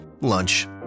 lunch